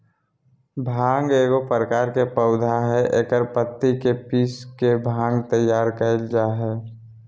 भांग एगो प्रकार के पौधा हइ एकर पत्ति के पीस के भांग तैयार कइल जा हइ